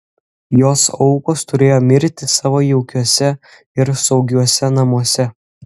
jos aukos turėjo mirti savo jaukiuose ir saugiuose namuose